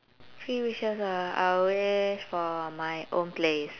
three wishes ah I'll wish for my own place